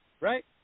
right